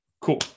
cool